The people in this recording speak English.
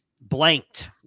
blanked